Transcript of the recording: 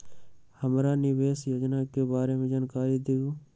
हमरा निवेस योजना के बारे में जानकारी दीउ?